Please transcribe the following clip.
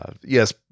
Yes